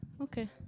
Okay